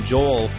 Joel